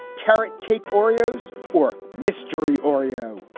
carrot cake, oreos or mistery oreo.